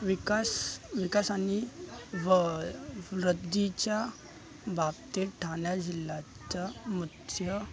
विकास विकास आणि व वृद्धीच्या बाबतीत ठाणे जिल्ह्याच्या मत्स्य